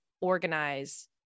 organize